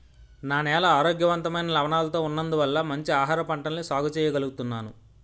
నా నేల ఆరోగ్యవంతమైన లవణాలతో ఉన్నందువల్ల మంచి ఆహారపంటల్ని సాగు చెయ్యగలుగుతున్నాను